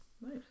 Nice